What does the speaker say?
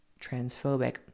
transphobic